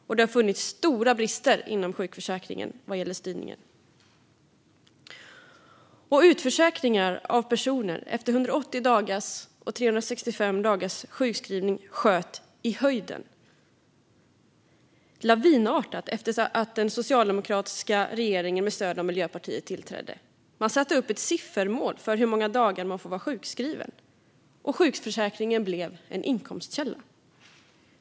Och det har funnits stora brister inom sjukförsäkringen vad gäller styrningen. Utförsäkringar av personer efter 180 dagars och 365 dagars sjukskrivning sköt i höjden lavinartat efter att den socialdemokratiska och miljöpartistiska regeringen tillträdde. Man satte upp ett siffermål för hur många dagar som människor får vara sjukskrivna. Och sjukförsäkringen blev en inkomstkälla.